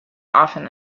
often